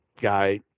guy